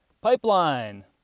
Pipeline